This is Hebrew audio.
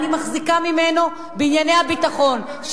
אני מחזיקה ממנו בענייני הביטחון,